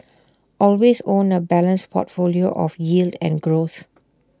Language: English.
always own A balanced portfolio of yield and growth